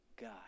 God